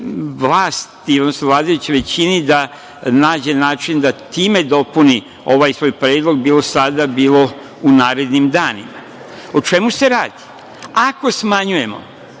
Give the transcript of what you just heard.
vlasti, odnosno vladajućoj većini da nađe način da time dopuni ovaj svoj predlog, bilo sada, bilo u narednim danima.O čemu se radi? Ako smanjujemo